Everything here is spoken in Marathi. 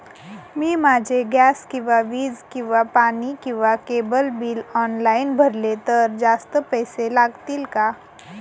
मी माझे गॅस किंवा वीज किंवा पाणी किंवा केबल बिल ऑनलाईन भरले तर जास्त पैसे लागतील का?